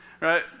right